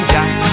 Jack